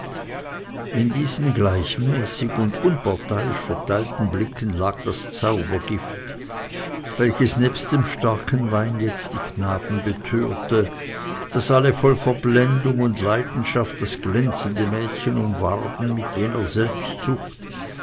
in diesen gleichmäßig und unparteiisch verteilten blicken lag das zaubergift welches nebst dem starken wein jetzt die knaben betörte daß alle voll verblendung und leidenschaft das glänzende mädchen umwarben mit jener selbstsucht